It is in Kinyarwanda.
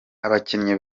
abakinnyi